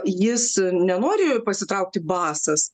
jis nenori pasitraukti basas